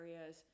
areas